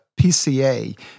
PCA